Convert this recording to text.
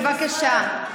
בבקשה.